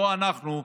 לא אנחנו,